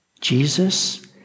Jesus